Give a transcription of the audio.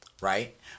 right